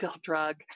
drug